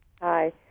hi